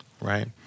right